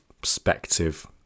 perspective